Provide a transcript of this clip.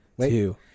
two